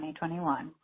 2021